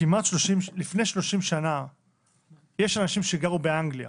לפני 30 שנה היו אנשים שגרו באנגליה